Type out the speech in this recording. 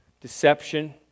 Deception